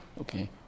okay